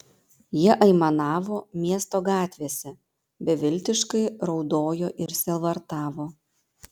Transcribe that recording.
jie aimanavo miesto gatvėse beviltiškai raudojo ir sielvartavo